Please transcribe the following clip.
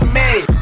made